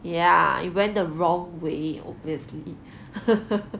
ya it went the wrong way obviously